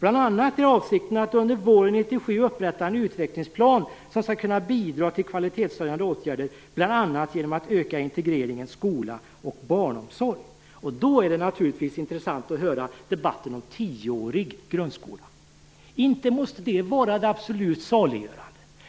Avsikten är bl.a. att under våren 1997 upprätta en utvecklingsplan som skall kunna bidra till kvalitetshöjande åtgärder, bl.a. genom att öka integreringen mellan skolan och barnomsorgen. Då är det naturligtvis intressant att höra debatten om en tioårig grundskola. Det kan inte vara det absolut allena